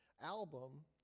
album